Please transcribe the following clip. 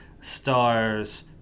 stars